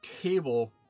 table